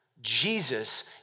Jesus